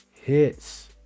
hits